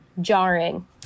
jarring